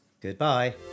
Goodbye